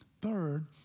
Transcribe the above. Third